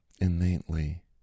innately